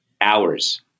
hours